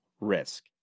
risk